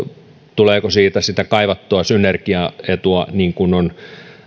tuleeko siitä sitä kaivattua synergiaetua niin kuin on